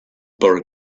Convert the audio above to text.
borough